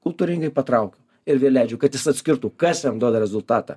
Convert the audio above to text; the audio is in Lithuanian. kultūringai patraukiu ir vėl leidžiu kad jis atskirtų kas jam duoda rezultatą